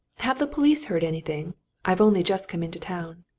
have the police heard anything i've only just come into town.